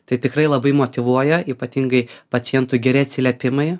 tai tikrai labai motyvuoja ypatingai pacientui geri atsiliepimai